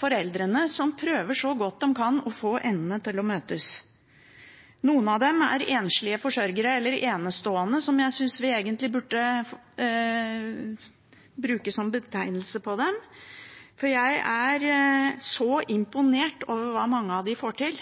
foreldrene som prøver så godt de kan å få endene til å møtes. Noen av dem er enslige forsørgere, eller enestående, som jeg synes vi egentlig burde bruke som betegnelse på dem, for jeg er så imponert over hva mange av dem får til.